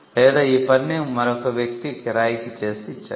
లేదా ఈ పనిని మరొక వ్యక్తికి కిరాయికి చేసి ఇచ్చారు